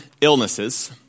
illnesses